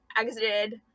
exited